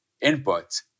input